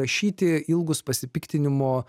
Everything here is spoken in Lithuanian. rašyti ilgus pasipiktinimo